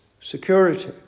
security